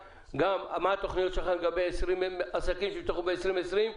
גם מה התוכניות שלך לגבי עסקים שנפתחו ב-2020,